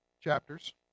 chapters